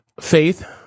faith